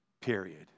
period